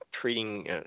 treating